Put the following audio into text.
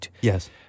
yes